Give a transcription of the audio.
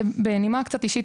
בנימה קצת אישית,